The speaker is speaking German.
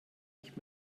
nicht